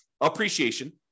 Appreciation